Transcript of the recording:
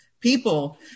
people